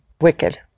Wicked